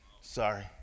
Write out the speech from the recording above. Sorry